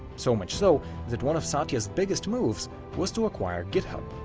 so much so that one of satya's biggest moves was to acquire github.